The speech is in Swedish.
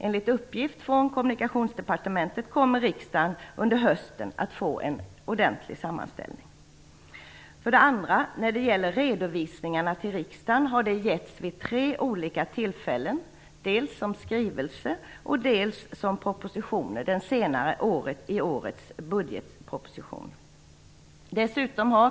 Enligt uppgift från Kommunikationsdepartementet kommer riksdagen under hösten att få en ordentlig sammanställning. Redovisningar till riksdagen har getts vid tre olika tillfällen, dels som en skrivelse, dels som propositioner, den senare i årets budgetproposition.